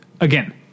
Again